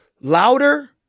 louder